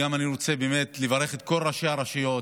אני גם רוצה באמת לברך את כל ראשי הרשויות,